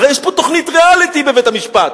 הרי יש פה תוכנית ריאליטי בבית-המשפט.